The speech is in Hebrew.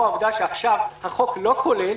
לאור העובדה שהחוק לא כולל,